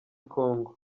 congo